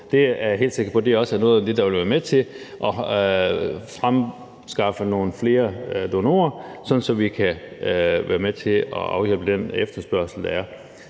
Jeg er helt sikker på, at det også er noget, der vil være med til at skaffe nogle flere donorer, sådan at vi kan være med til at afhjælpe den efterspørgsel, der er.